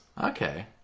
Okay